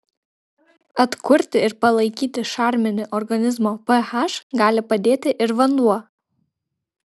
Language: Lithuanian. atkurti ir palaikyti šarminį organizmo ph gali padėti ir vanduo